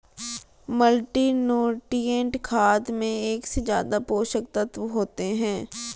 multinutrient खाद में एक से ज्यादा पोषक तत्त्व होते है